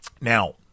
Now